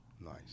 Nice